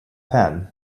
pan